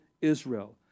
Israel